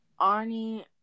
Arnie